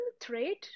trade